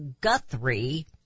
Guthrie